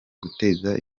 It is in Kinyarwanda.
guteza